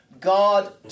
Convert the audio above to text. God